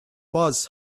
was